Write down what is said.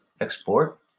export